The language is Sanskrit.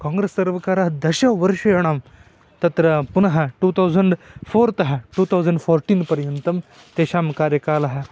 काङ्ग्रेस् सर्वकारः दशवर्षाणां तत्र पुनः टु थसण्ड् फ़ोर् तः टु थौसण्ड् फ़ोर्टीन् पर्यन्तं तेषां कार्यकालः